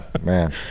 man